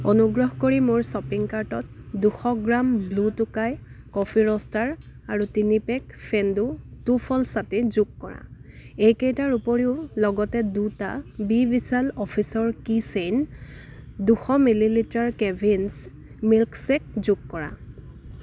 অনুগ্ৰহ কৰি মোৰ শ্বপিং কাৰ্টত দুশ gram blue Tokai coffee roaster আৰু তিনি পেক ফেন্দো টু ফ'ল্ড ছাতি যোগ কৰা এইকেইটাৰ উপৰিও লগতে দুটা বি বিশাল অফিচৰ কী চেইন দুশ মিলিলিটাৰ কেভিন্ছ মিল্কছেক যোগ কৰা